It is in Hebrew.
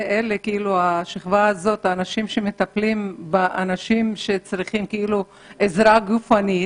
זו השכבה של האנשים שמטפלת שמי שזקוק לעזרה גופנית